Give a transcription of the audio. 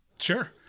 Sure